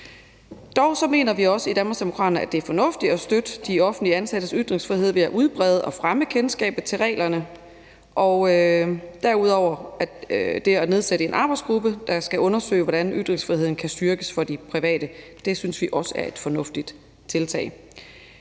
Danmarksdemokraterne, at det er fornuftigt at støtte de offentligt ansattes ytringsfrihed ved at udbrede og fremme kendskabet til reglerne, og derudover synes vi også, at det at nedsætte en arbejdsgruppe, der skal undersøge, hvordan ytringsfriheden kan styrkes i forhold til det private, er et fornuftigt tiltag.